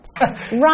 right